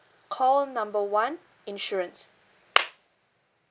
call number one insurance